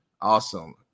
Awesome